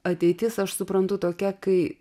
ateitis aš suprantu tokia kai